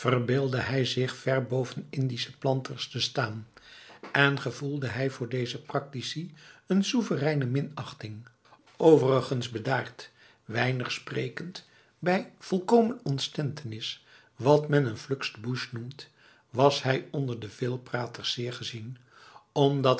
verbeeldde hij zich ver boven indische planters te staan en gevoelde hij voor deze practici een soevereine minachting overigens bedaard weinig sprekend bij volkomen ontstentenis van wat men n flux de bouche noemt was hij onder de veelpraters zeer gezien omdat